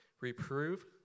reprove